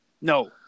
No